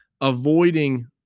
avoiding